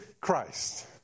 Christ